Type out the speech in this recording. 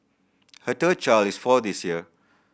her third child is four this year